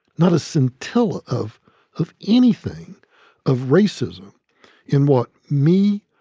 not a scintilla of of anything of racism in what me,